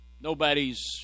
Nobody's